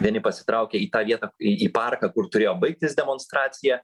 vieni pasitraukė į tą vietą į į parką kur turėjo baigtis demonstracija